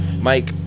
Mike